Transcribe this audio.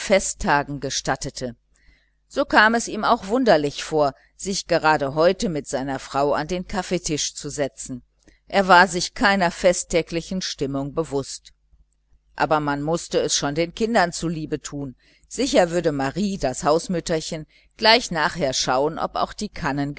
festtagen gestattete so kam es ihm auch wunderlich vor sich gerade heute mit seiner frau an den kaffeetisch zu setzen er war sich keiner festtäglichen stimmung bewußt aber man mußte es doch schon den kindern zuliebe tun sicher würde marie das hausmütterchen gleich nachher visitieren ob auch die